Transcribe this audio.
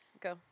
Go